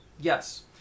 Yes